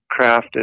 crafted